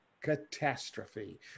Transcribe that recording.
catastrophe